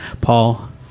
Paul